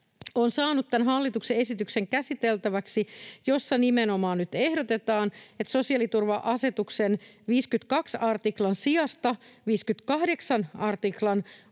tämän hallituksen esityksen, jossa nimenomaan nyt ehdotetaan, että sosiaaliturva-asetuksen 52 artiklan sijasta 58 artiklan